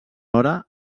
hora